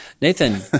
Nathan